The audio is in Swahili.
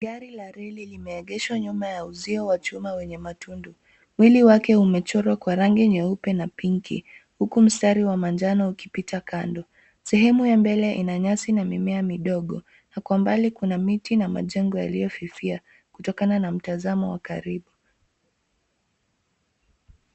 Gari la reli imeengeshwa nyuma ya uzio wa chuma wenye matundu. Mwili wake umechorwa kwa rangi nyeupe na pinki uku mstari wa majano ukipita kando. Sehemu ya mbele ina nyasi na mimea midogo na kwa mbali kuna miti na majengo yaliyofifia kutokana na mtanzamo wa karibu.